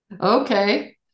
Okay